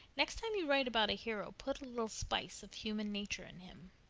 next time you write about a hero put a little spice of human nature in him.